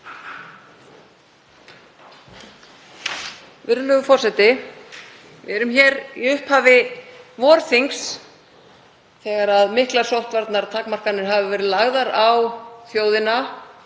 Við erum hér í upphafi vorþings þegar miklar sóttvarnatakmarkanir hafa verið lagðar á þjóðina